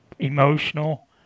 emotional